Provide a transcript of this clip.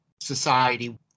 society